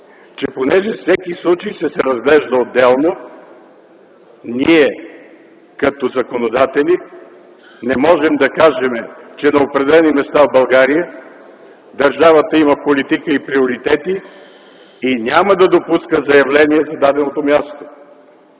че понеже всеки случай ще се разглежда отделно, ние като законодатели не можем да кажем, че на определени места в България държавата има политика и приоритети и няма да допуска заявления за даденото място,